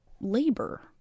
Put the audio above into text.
labor